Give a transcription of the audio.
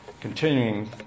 continuing